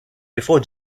before